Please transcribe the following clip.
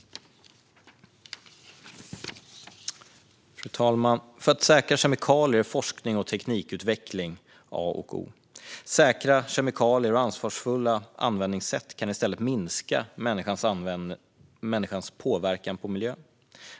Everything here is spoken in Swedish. Fru talman! För säkra kemikalier är forskning och teknikutveckling A och O. Säkra kemikalier och ansvarsfulla användningssätt kan i stället minska människans påverkan på miljön.